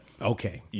Okay